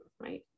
right